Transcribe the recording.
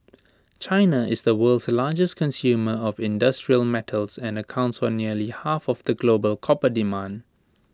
China is the world's largest consumer of industrial metals and accounts for nearly half of the global copper demand